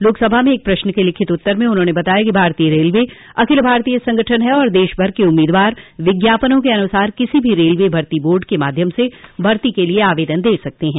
लोकसभा में एक प्रश्न के लिखित उत्तर में उन्होंने बताया कि भारतीय रेलवे अखिल भारतीय संगठन है और देश भर के उम्मीदवार विज्ञापनों के अनुसार किसी भी रेलवे भर्ती बोर्ड के माध्यम से भर्ती के लिए आवेदन दे सकते हैं